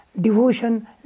devotion